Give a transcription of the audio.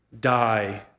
die